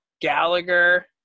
Gallagher